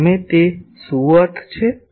તમે તેનો શું અર્થ કરો છો